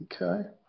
Okay